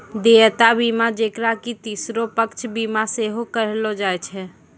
देयता बीमा जेकरा कि तेसरो पक्ष बीमा सेहो कहलो जाय छै